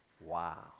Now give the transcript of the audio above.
Wow